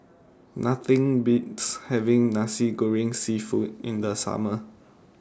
Nothing Beats having Nasi Goreng Seafood in The Summer